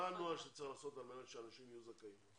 מה הנוהל שצריך לעשות על מנת שאנשים יהיו זכאים?